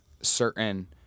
certain